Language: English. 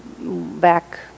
back